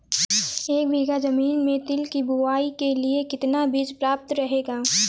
एक बीघा ज़मीन में तिल की बुआई के लिए कितना बीज प्रयाप्त रहेगा?